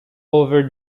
over